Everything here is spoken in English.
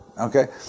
okay